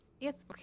Yes